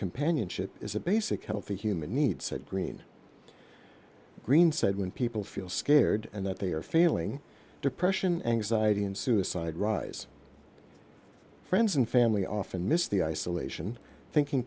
companionship is a basic healthy human need said green green said when people feel scared and that they are failing depression anxiety and suicide rise friends and family often miss the isolation thinking